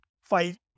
fight